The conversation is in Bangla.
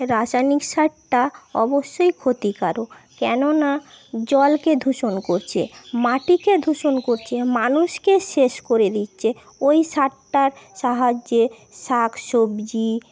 রাসায়নিক সারটা অবশ্যই ক্ষতিকারক কেননা না জলকে দূষণ করছে মাটিকে দূষণ করছে মানুষকে শেষ করে দিচ্ছে ওই সারটার সাহায্যে শাকসবজি